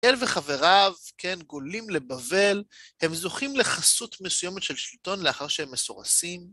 אל וחבריו, כן, גולים לבבל, הם זוכים לחסות מסוימת של שלטון לאחר שהם מסורסים.